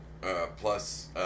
plus